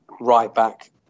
right-back